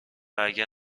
اگر